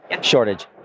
shortage